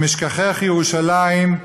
אם אשכחך ירושלים.